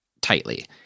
tightly